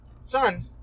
son